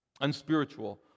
Unspiritual